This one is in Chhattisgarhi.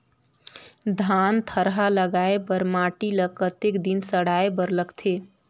धान थरहा लगाय बर माटी ल कतेक दिन सड़ाय बर लगथे?